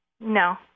No